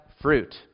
fruit